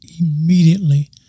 immediately